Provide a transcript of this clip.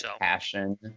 passion